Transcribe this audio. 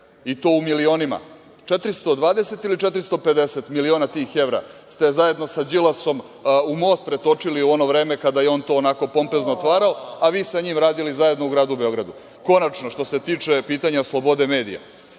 i to u milionima, 420 ili 450 miliona tih evra ste zajedno sa Đilasom u most pretočili u ono vreme kada je on to onako pompezno otvarao, a vi sa njim radili zajedno u gradu Beogradu. Konačno, što se tiče pitanja slobode medija,